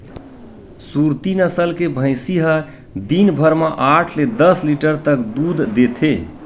सुरती नसल के भइसी ह दिन भर म आठ ले दस लीटर तक दूद देथे